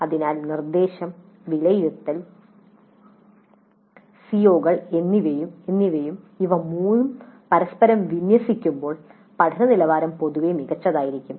അതിനാൽ നിർദ്ദേശം വിലയിരുത്തൽ സിഒകൾ എന്നിവയും ഇവ മൂന്നും പരസ്പരം വിന്യസിക്കുമ്പോൾ പഠന നിലവാരം പൊതുവെ മികച്ചതായിരിക്കും